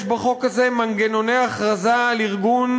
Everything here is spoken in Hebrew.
יש בחוק הזה מנגנוני הכרזה על ארגון